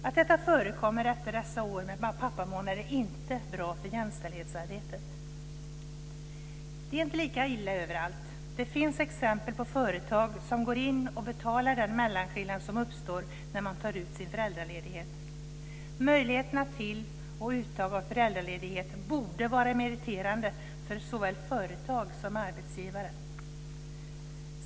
Att detta förekommer efter dessa år med pappamånad är inte bra för jämställdhetsarbetet. Det är inte lika illa överallt. Det finns exempel på företag som går in och betalar den mellanskillnad som uppstår när man tar ut sin föräldraledighet. Möjligheterna till och uttag av föräldraledighet borde vara meriterande för såväl företag som arbetsgivare.